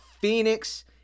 Phoenix